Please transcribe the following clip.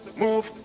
move